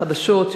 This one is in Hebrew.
חדשות,